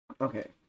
Okay